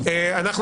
עם